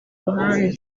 ruhande